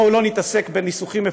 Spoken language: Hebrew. בואו לא נתעסק בניסוחים מפולפלים.